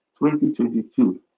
2022